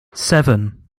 seven